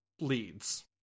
leads